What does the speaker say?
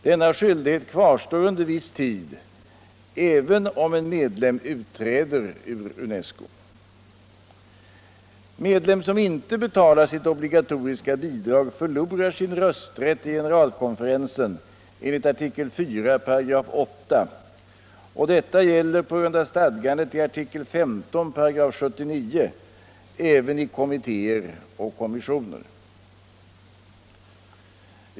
Denna skyldighet kvarstår under viss tid även om en medlem utträder ur UNESCO. Medlem som inte betalar sitt obligatoriska bidrag förlorar sin rösträtt i generalkonferensen, enligt artikel IV 8 §, och detta gäller på grund av stadgandet i artikel XV 798, även i kommittéer och kommissioner.